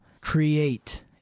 create